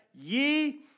ye